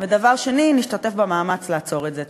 ודבר שני, נשתתף במאמץ לעצור את זה.